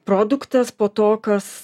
produktas po to kas